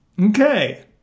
okay